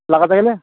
লাগাতে গেলে